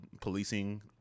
policing